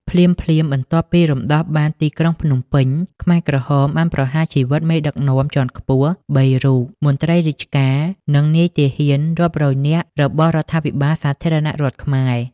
ភ្លាមៗបន្ទាប់ពីរំដោះបានទីក្រុងភ្នំពេញ ខ្មែរក្រហមបានប្រហារជីវិតមេដឹកនាំជាន់ខ្ពស់ ៣ រូប មន្ត្រីរាជការ និងនាយទាហានរាប់រយនាក់របស់រដ្ឋាភិបាលសាធារណរដ្ឋខ្មែរ។